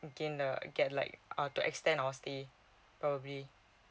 get like I'll to extend our stay probably